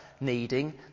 needing